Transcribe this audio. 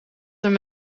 hem